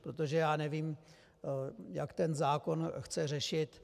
Protože já nevím, jak ten zákon chce řešit.